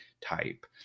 type